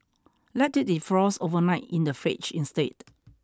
let it defrost overnight in the fridge instead